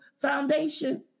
foundation